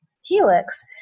helix